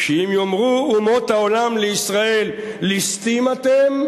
"שאם יאמרו אומות העולם לישראל: ליסטים אתם",